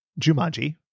Jumanji